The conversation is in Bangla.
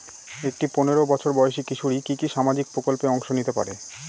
একটি পোনেরো বছর বয়সি কিশোরী কি কি সামাজিক প্রকল্পে অংশ নিতে পারে?